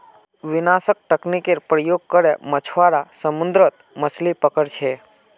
विनाशक तकनीकेर प्रयोग करे मछुआरा समुद्रत मछलि पकड़ छे